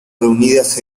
reunidas